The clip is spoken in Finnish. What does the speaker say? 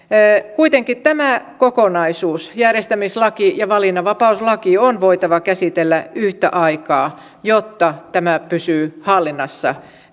kuitenkin tämä kokonaisuus järjestämislaki ja valinnanvapauslaki on voitava käsitellä yhtä aikaa jotta tämä pysyy hallinnassa